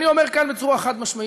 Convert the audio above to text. אני אומר כאן בצורה חד-משמעית: